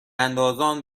اندازان